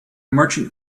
merchant